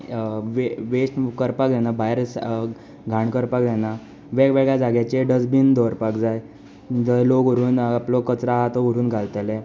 वे waste करपाक जायना भायर घाण करपाक जायना वेगवेगळ्या जाग्यांचेर डसबीन दवरपाक जाय जंय लोक व्हरून आपलो कचरो आसा तो व्हरून घालतले